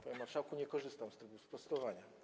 Panie marszałku, nie korzystam z trybu sprostowania.